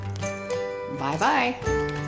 Bye-bye